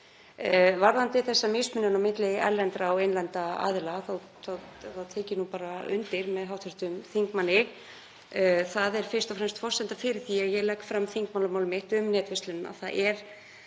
Varðandi mismunun á milli erlendra og innlendra aðila þá tek ég undir með hv. þingmanni. Það er fyrst og fremst forsendan fyrir því að ég legg fram þingmannamál mitt um netverslunina. Það er